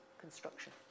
construction